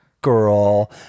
girl